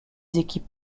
équipes